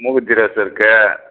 மூக்குத்தி ரோஸு இருக்கு